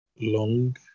long